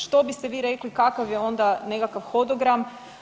Što biste vi rekli kakav je onda nekakav hodogram?